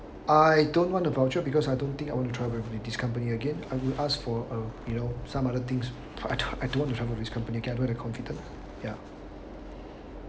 I don't want a voucher because I don't think I want to travel with this company again I will ask for uh you know some other things I I don't want to travel with this company again I don't want to be conflicted ya